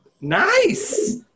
Nice